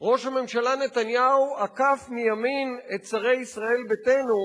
ראש הממשלה נתניהו עקף מימין את שרי ישראל ביתנו,